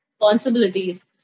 responsibilities